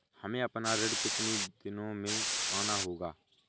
हमें अपना ऋण कितनी दिनों में चुकाना होगा?